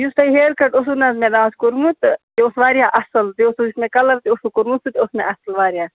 یُس تۄہہِ haircut اوسُو نہٕ حظ مےٚ راتھ کوٚرمُت یہِ اوس واریاہ اَصٕل بیٚیہِ یُس مےٚ کَلَر تہِ اوسُو کوٚرمُت سُہ تہِ اوس مےٚ اَصٕل واریاہ